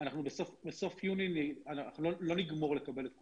אנחנו בסוף יוני לא נגמור לקבל את כולן.